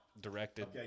directed